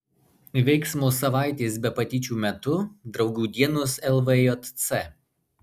veiksmo savaitės be patyčių metu draugų dienos lvjc